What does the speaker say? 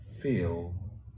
feel